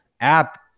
app